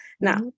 Now